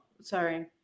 sorry